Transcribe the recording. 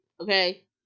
okay